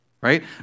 right